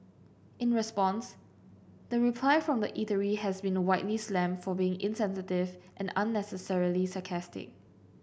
in response the reply from the eatery has been a widely slammed for being insensitive and unnecessarily sarcastic